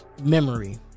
memory